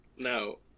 No